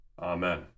Amen